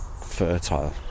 fertile